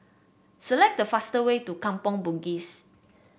select the fastest way to Kampong Bugis